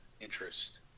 interest